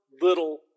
little